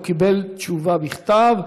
הוא קיבל תשובה בכתב.